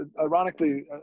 ironically